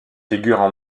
figurent